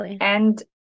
And-